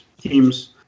teams